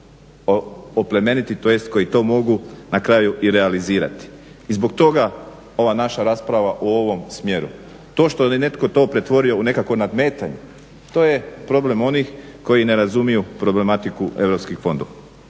oplemeniti tj. koji to mogu na kraju i realizirati. I zbog toga ova naša raspravu u ovom smjeru. To što je to netko pretvorio u nekakvo nadmetanje, to je problem onih koji ne razumiju problematiku EU fondova.